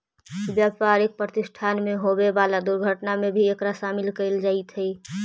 व्यापारिक प्रतिष्ठान में होवे वाला दुर्घटना में भी एकरा शामिल कईल जईत हई